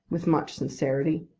with much sincerity,